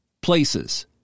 places